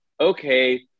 okay